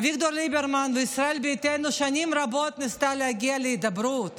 אביגדור ליברמן וישראל ביתנו שנים רבות ניסו להגיע להידברות